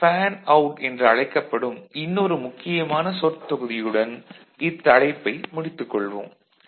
8V இப்போது fan out என்று அழைக்கப்படும் இன்னொரு முக்கியமான சொற்றொகுதியுடன் இத்தலைப்பை முடித்துக் கொள்வோம்